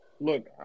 Look